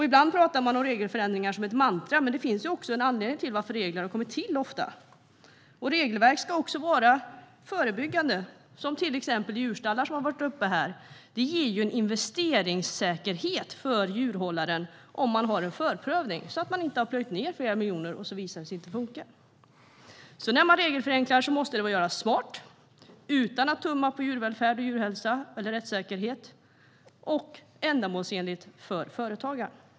Ibland talar man om regelförändringar som ett mantra, men det finns ju ofta en anledning till varför regler har kommit till. Regelverk ska också vara förebyggande. Det gäller till exempel djurstallar, som togs upp tidigare. En förprövning ger djurhållaren en investeringssäkerhet så att denne inte plöjer ned flera miljoner på något som visar sig inte funka. När man regelförenklar måste det göras smart och utan att tumma på djurvälfärd, djurhälsa eller rättssäkerhet. Det måste också vara ändamålsenligt för företagaren.